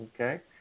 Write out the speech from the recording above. okay